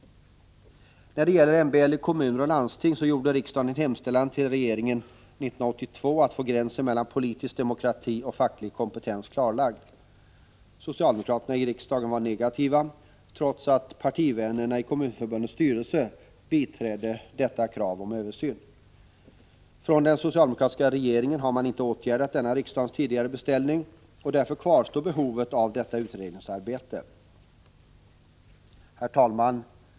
EE YTA EA NE När det gäller MBL i kommuner och landsting gjorde riksdagen en hemställan till regeringen år 1982 om att få gränsen mellan politisk demokrati och facklig kompetens klarlagd. Socialdemokraterna i riksdagen var negativa, trots att partivännerna i Kommunförbundets styrelse biträdde kravet på översyn. Den socialdemokratiska regeringen har inte åtgärdat denna riksdagens tidigare beställning, och därför kvarstår behovet av detta utredningsarbete. Herr talman!